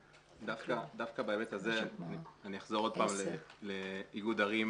דווקא בהיבט הזה אני אחזור עוד פעם לאיגוד ערים,